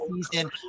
season